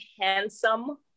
handsome